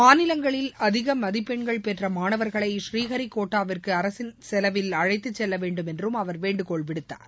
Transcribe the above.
மாநிலங்களில் அதிக மதிப்பெண்கள் பெற்ற மாணவர்களை புநீ ஹரிகோட்டாவிற்கு அரசின் செலவில் அழைத்து செல்ல வேண்டும் என்றும் அவர் வேண்டுகோள் விடுத்தார்